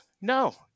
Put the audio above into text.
No